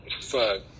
Fuck